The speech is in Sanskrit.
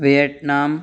वियेट्नाम्